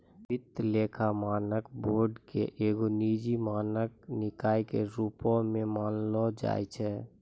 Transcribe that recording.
वित्तीय लेखा मानक बोर्ड के एगो निजी मानक निकाय के रुपो मे जानलो जाय छै